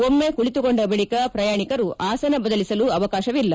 ಒಮ್ಮೆ ಕುಳಿತುಕೊಂಡ ಬಳಿಕ ಪ್ರಯಾಣಿಕರು ಆಸನ ಬದಲಿಸಲು ಅವಕಾಶವಿಲ್ಲ